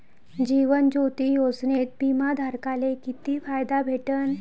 जीवन ज्योती योजनेत बिमा धारकाले किती फायदा भेटन?